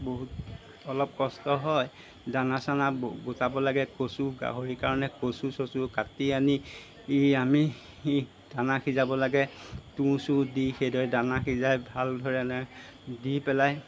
বহুত অলপ কষ্ট হয় দানা চান গোটাব লাগে কচু গাহৰিৰ কাৰণে কচু চচু কাটি আনি আমি দানা সিজাব লাগে তুঁহ চুহ দি সেইদৰে দানা সিজাই ভালধৰণে দি পেলাই